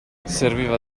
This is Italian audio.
serviva